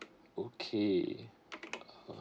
okay